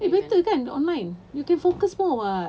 eh better kan online you can focus more [what]